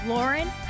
Lauren